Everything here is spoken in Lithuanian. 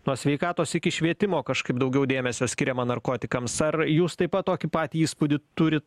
nuo sveikatos iki švietimo kažkaip daugiau dėmesio skiriama narkotikams ar jūs taip pat tokį patį įspūdį turit